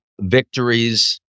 victories